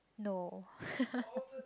no